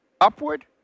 upward